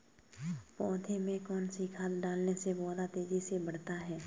पौधे में कौन सी खाद डालने से पौधा तेजी से बढ़ता है?